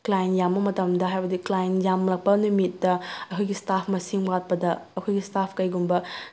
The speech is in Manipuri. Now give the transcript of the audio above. ꯀ꯭ꯂꯥꯏꯟ ꯌꯥꯝꯕ ꯃꯇꯝꯗ ꯍꯥꯏꯕꯗꯤ ꯀ꯭ꯂꯥꯏꯟ ꯌꯥꯝꯃꯛꯄ ꯅꯨꯃꯤꯠꯇ ꯑꯩꯈꯣꯏꯒꯤ ꯏꯁꯇꯥꯐ ꯃꯁꯤꯡ ꯋꯥꯠꯄꯗ ꯑꯩꯈꯣꯏꯒꯤ ꯏꯁꯇꯥꯐ ꯀꯩꯒꯨꯝꯕ